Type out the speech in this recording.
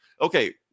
okay